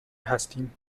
هستیم